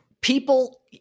people